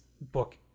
book